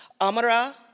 Amara